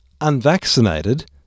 unvaccinated